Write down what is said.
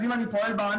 אז אם אני פועל בענן,